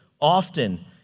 often